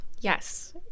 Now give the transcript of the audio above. Yes